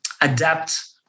adapt